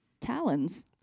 talons